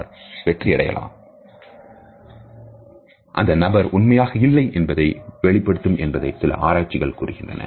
கண் தொடர்பில் பொய்யாக மிகைப்படுத்தி வெளிப்படுத்தினாள் அந்த நபர் உண்மையாக இல்லை என்பதை வெளிப்படுத்தும் என்பதை ஒரு ஆராய்ச்சி வெளிப்படுத்துகிறது